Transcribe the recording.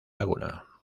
laguna